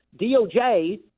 doj